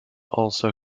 also